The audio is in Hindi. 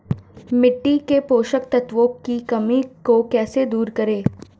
मिट्टी के पोषक तत्वों की कमी को कैसे दूर करें?